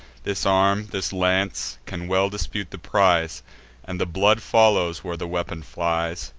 this arm, this lance, can well dispute the prize and the blood follows, where the weapon flies.